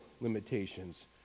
limitations